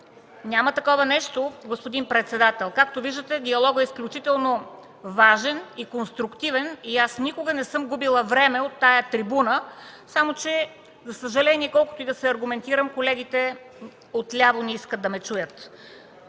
Няма такова нещо, господин председател! Както виждате, диалогът е изключително важен и конструктивен, и аз никога не съм губила време с изказвания от тази трибуна, само че, за съжаление, колкото и да се аргументирам, колегите отляво не искат да ме чуят.